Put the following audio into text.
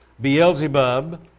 Beelzebub